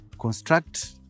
construct